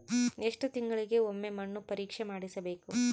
ಎಷ್ಟು ತಿಂಗಳಿಗೆ ಒಮ್ಮೆ ಮಣ್ಣು ಪರೇಕ್ಷೆ ಮಾಡಿಸಬೇಕು?